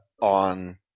on